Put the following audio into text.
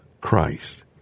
Christ